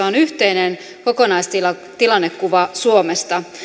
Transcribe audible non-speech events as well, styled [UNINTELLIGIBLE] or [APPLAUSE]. [UNINTELLIGIBLE] on yhteinen kokonaistilannekuva suomesta